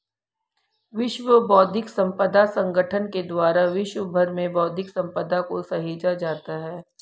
विश्व बौद्धिक संपदा संगठन के द्वारा विश्व भर में बौद्धिक सम्पदा को सहेजा जाता है